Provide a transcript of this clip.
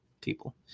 people